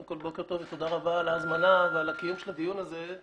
בוקר טוב ותודה רבה על ההזמנה ועל קיום הדיון הזה.